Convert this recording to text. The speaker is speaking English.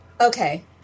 Okay